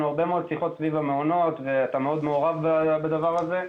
הרבה מאוד שיחות סביב נושא המעונות ואתה מאוד מעורב בדבר הזה.